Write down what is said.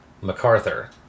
MacArthur